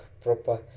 proper